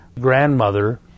grandmother